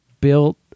built